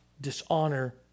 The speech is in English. dishonor